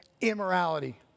immorality